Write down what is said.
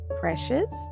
precious